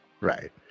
Right